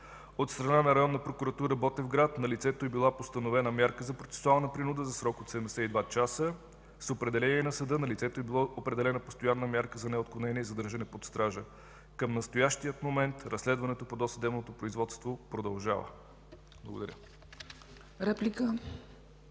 От страна на Районната прокуратура – Ботевград, на лицето е била постановена мярка за процесуална принуда за срок от 72 часа. С определение на съда на лицето е била определена постоянна мярка за неотклонение и задържане под стража. Към настоящия момент разследването по досъдебното производство продължава. Благодаря.